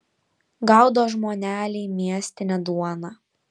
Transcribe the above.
gaudo žmoneliai miestinę duoną